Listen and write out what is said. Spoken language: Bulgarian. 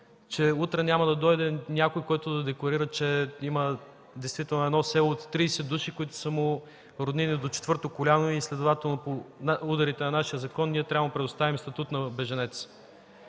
че утре няма да дойде някой, който да декларира, че има действително в едно село тридесет души, които са му роднини до четвърто коляно и следователно по ударите на нашия закон ние трябва да му предоставим статут на бежанец